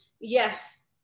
yes